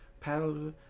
Paddle